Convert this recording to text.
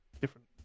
different